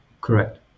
Correct